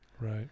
right